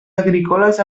agrícoles